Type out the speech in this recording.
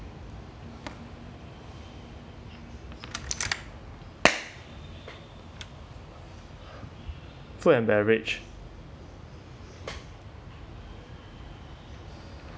food and beverage